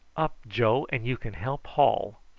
up, joe, and you can help haul.